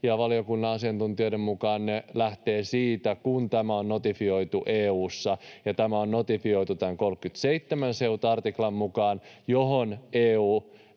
ja valiokunnan asiantuntijoiden mukaan ne lähtevät siitä, kun tämä on notifioitu EU:ssa. Ja tämä on notifioitu tämän SEUT 37 artiklan mukaan, johon EU